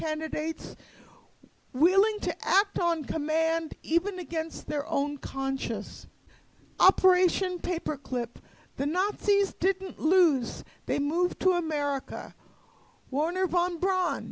candidates willing to act on command even against their own conscious operation paperclip the nazis didn't lose they move to america warner von bra